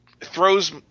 throws